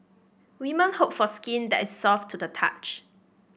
women hope for skin that is soft to the touch